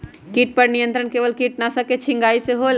किट पर नियंत्रण केवल किटनाशक के छिंगहाई से होल?